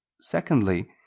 Secondly